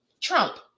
Trump